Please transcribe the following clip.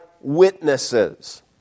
witnesses